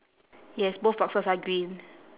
yes both boxes are green